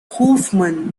hoffman